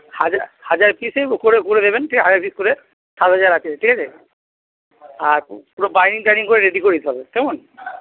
হাজার হাজার পিসেই করে করে দেবেন ঠিক আছে হাজার পিস করে সাত হাজার আছে ঠিক আছে আর পুরো বাইন্ডিং টাইন্ডিং করে রেডি করে দিতে হবে কেমন